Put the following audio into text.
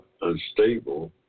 unstable